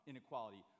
Inequality